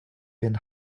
been